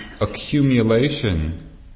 accumulation